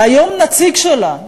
והיום נציג שלה,